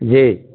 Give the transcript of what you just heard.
जी